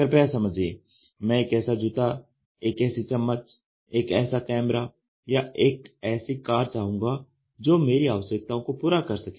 कृपया समझिए मैं एक ऐसा जूता एक ऐसी चम्मच एक ऐसा कैमरा या एक ऐसी कार चाहूँगा जो मेरी आवश्यकताओं को पूरा कर सके